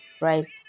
right